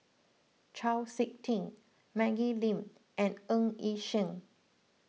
Chau Sik Ting Maggie Lim and Ng Yi Sheng